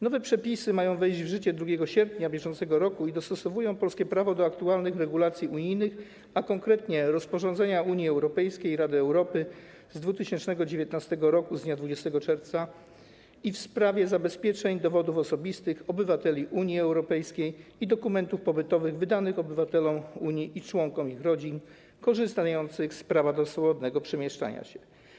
Nowe przepisy mają wejść w życie 2 sierpnia br. i dostosowują polskie prawo do aktualnych regulacji unijnych, a konkretnie rozporządzenia Unii Europejskiej i Rady Europy z 2019 r. z dnia 20 czerwca w sprawie zabezpieczeń dowodów osobistych obywateli Unii Europejskiej i dokumentów pobytowych wydanych obywatelom Unii i członkom ich rodzin korzystającym z prawa do swobodnego przemieszczania się.